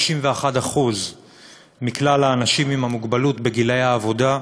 51% מכלל האנשים עם מוגבלות בגיל העבודה,